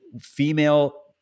female